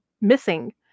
missing